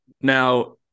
Now